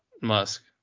Musk